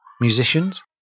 musicians